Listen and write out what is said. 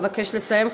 אבקש לסיים,